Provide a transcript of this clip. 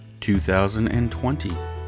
2020